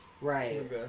Right